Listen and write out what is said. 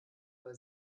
weil